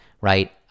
right